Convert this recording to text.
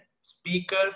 speaker